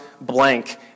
blank